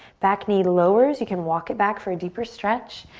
back knee lowers. you can walk it back for a deeper stretch.